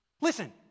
Listen